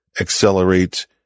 accelerate